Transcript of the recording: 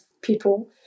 people